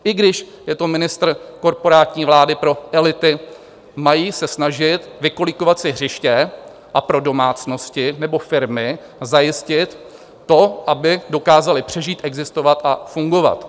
I když je to ministr korporátní vlády pro elity, mají se snažit vykolíkovat si hřiště a pro domácnosti nebo firmy zajistit to, aby dokázaly přežít, existovat a fungovat.